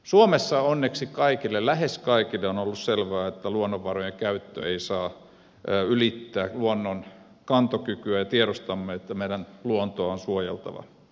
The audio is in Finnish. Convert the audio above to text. suomessa onneksi lähes kaikille on ollut selvää että luonnonvarojen käyttö ei saa ylittää luonnon kantokykyä ja tiedostamme että meidän luontoamme on suojeltava